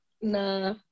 nah